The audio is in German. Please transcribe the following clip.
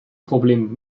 problem